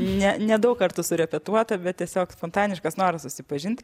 ne nedaug kartų surepetuota bet tiesiog spontaniškas noras susipažinti